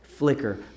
Flicker